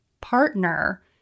partner